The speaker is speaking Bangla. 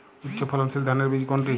উচ্চ ফলনশীল ধানের বীজ কোনটি?